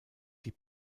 die